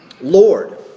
Lord